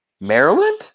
Maryland